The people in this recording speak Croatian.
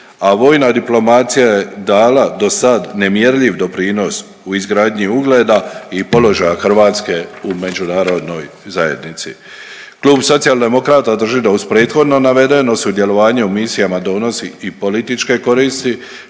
a vojna diplomacija je dala do sad nemjerljive doprinos u izgradnji ugleda i položaja Hrvatske u međunarodnoj zajednici. Klub Socijaldemokrata drži da uz prethodno navedeno sudjelovanje u misijama donosi i političke koristi,